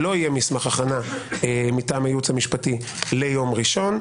שלא יהיה מסמך הכנה מטעם הייעוץ המשפטי ליום ראשון.